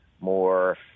more